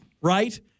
right